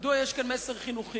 מדוע יש כאן מסר חינוכי?